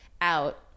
out